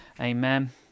Amen